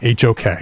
HOK